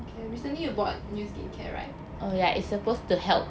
okay recently you bought new skin care right